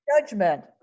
Judgment